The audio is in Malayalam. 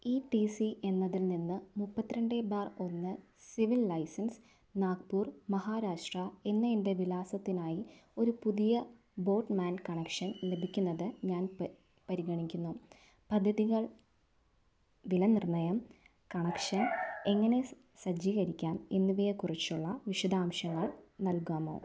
ഇ ടി സി എന്നതിൽനിന്ന് മുപ്പത്തിരണ്ട് ബാർ ഒന്ന് സിവിൽ ലൈസൻസ് നാഗ്പൂർ മഹാരാഷ്ട്ര എന്ന എൻ്റെ വിലാസത്തിനായി ഒരു പുതിയ ബോഡ്മാൻ കണക്ഷൻ ലഭിക്കുന്നത് ഞാൻ പരിഗണിക്കുന്നു പദ്ധതികൾ വിലനിർണ്ണയം കണക്ഷൻ എങ്ങനെ സജ്ജീകരിക്കാം എന്നിവയെക്കുറിച്ചുള്ള വിശദാംശങ്ങൾ നൽകാമോ